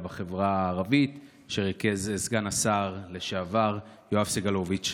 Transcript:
בחברה הערבית שריכז סגן השר לשעבר יואב סגלוביץ'.